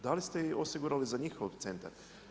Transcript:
Da li ste osigurali za njihov centar?